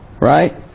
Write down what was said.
Right